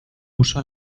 uso